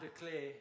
declare